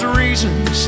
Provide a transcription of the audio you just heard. reasons